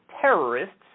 terrorists